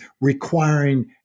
requiring